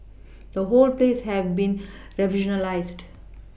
the whole place has been revolutionised